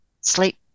sleep